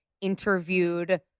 interviewed